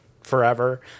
forever